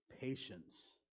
patience